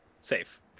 Safe